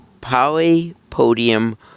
polypodium